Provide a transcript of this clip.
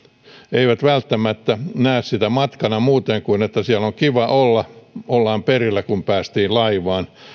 eivät välttämättä näe sitä matkana muuten kuin että siellä on kiva olla ollaan perillä kun päästiin laivaan